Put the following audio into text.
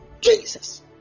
Jesus